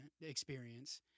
experience